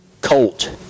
colt